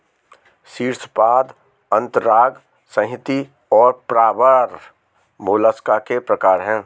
शीर्शपाद अंतरांग संहति और प्रावार मोलस्का के प्रकार है